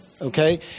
Okay